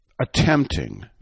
attempting